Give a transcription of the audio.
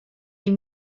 est